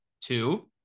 Two